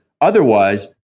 otherwise